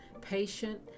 patient